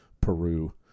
Peru